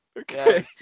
Okay